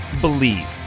believe